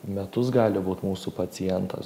metus gali būt mūsų pacientas